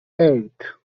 eight